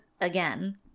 again